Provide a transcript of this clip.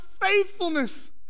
faithfulness